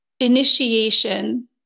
initiation